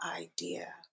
idea